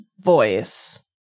voice